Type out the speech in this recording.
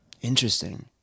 Interesting